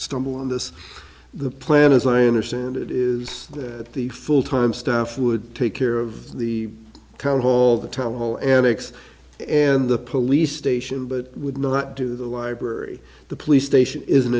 stumble on this the plan as i understand it is that the full time staff would take care of the count all the time all and aches and the police station but would not do the library the police station is an